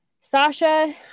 Sasha